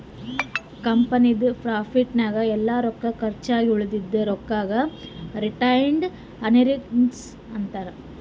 ಕಂಪನಿದು ಪ್ರಾಫಿಟ್ ನಾಗ್ ಎಲ್ಲಾ ರೊಕ್ಕಾ ಕರ್ಚ್ ಆಗಿ ಉಳದಿದು ರೊಕ್ಕಾಗ ರಿಟೈನ್ಡ್ ಅರ್ನಿಂಗ್ಸ್ ಅಂತಾರ